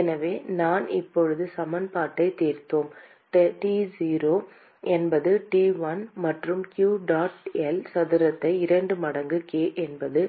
எனவே நாம் இப்போது சமன்பாட்டைத் தீர்த்தோம் T0 என்பது T1 மற்றும் q டாட் L சதுரத்தை 2 மடங்கு k என்பது